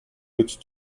which